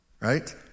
Right